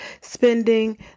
spending